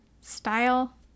style